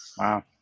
Wow